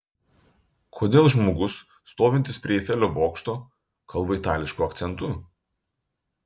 kodėl žmogus stovintis prie eifelio bokšto kalba itališku akcentu